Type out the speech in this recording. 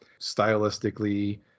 stylistically